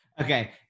Okay